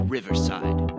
Riverside